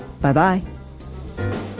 bye-bye